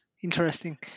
Interesting